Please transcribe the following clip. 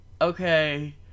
okay